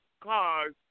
cars